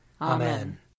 Amen